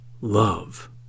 love